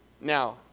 Now